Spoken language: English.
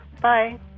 Bye